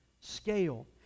scale